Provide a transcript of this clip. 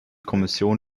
kommission